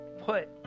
put